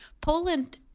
Poland